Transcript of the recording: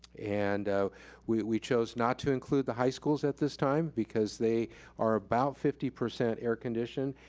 and we we chose not to include the high schools at this time because they are about fifty percent air conditioned,